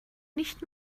nicht